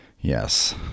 Yes